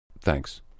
Thanks